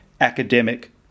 academic